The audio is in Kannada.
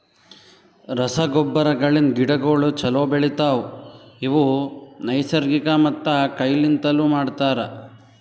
ರಸಗೊಬ್ಬರಗಳಿಂದ್ ಗಿಡಗೋಳು ಛಲೋ ಬೆಳಿತವ, ಇವು ನೈಸರ್ಗಿಕ ಮತ್ತ ಕೈ ಲಿಂತನು ಮಾಡ್ತರ